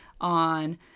on